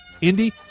Indy